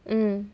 mm